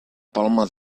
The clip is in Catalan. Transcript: palma